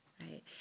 Right